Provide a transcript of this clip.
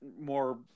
more –